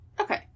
Okay